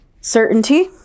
Certainty